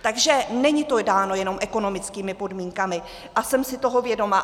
Takže není to dáno jenom ekonomickými podmínkami a jsem si toho vědoma.